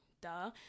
duh